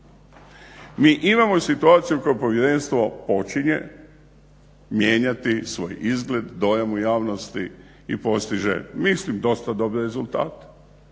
Mi imamo situaciju koju povjerenstvo počinje mijenjati svoj izgled, dojam u javnosti i postiže mislim dosta dobre rezultate.